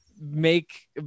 make